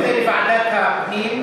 אני רוצה ועדת הפנים,